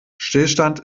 stillstand